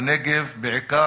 בנגב בעיקר,